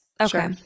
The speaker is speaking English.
Okay